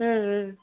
ம் ம்